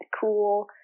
cool